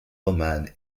romanes